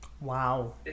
wow